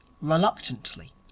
reluctantly